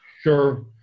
sure